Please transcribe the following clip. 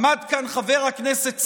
עמד כאן חבר הכנסת סעדה,